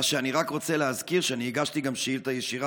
אני רק רוצה להזכיר שאני הגשתי גם שאילתה ישירה,